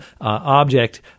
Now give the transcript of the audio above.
object